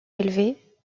élevés